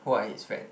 who are his friend